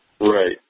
Right